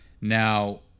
Now